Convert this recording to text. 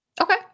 Okay